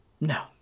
no